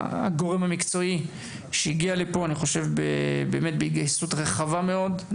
הגורם המקצועי שהגיע לפה בהתגייסות רחבה מאוד מטעם המשרד,